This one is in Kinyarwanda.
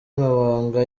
mabanga